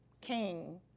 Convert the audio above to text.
King